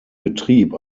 betrieb